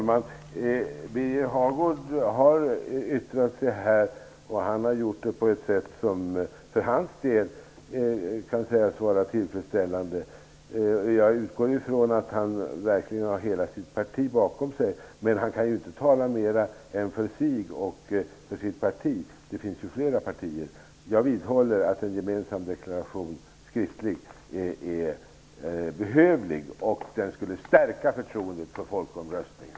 Fru talman! Birger Hagård har yttrat sig på ett sätt som för hans del kan sägas vara tillfredsställande. Jag utgår från att han verkligen har hela sitt parti bakom sig. Men han kan inte tala mer än för sig och för sitt parti. Det finns ju fler partier. Jag vidhåller att en gemensam skriftlig deklaration behövs. Den skulle stärka förtroendet för folkomröstningen.